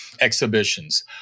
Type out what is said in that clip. exhibitions